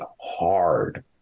hard